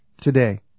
today